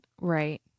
Right